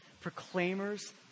proclaimers